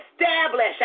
establish